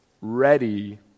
ready